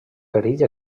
perill